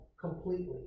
completely